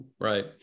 Right